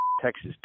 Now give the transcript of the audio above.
Texas